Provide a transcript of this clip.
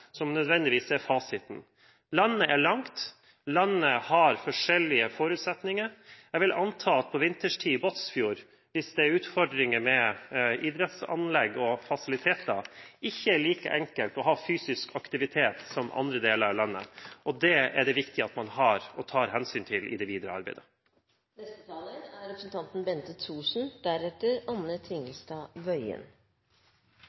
som nødvendigvis er fasiten. Landet er langt, landet har forskjellige forutsetninger. Jeg vil anta at det på vinterstid i Båtsfjord – hvis det er utfordringer med idrettsanlegg og fasiliteter – ikke er like enkelt å ha fysisk aktivitet der som i andre deler av landet. Det er det viktig at man tar hensyn til i det videre arbeidet.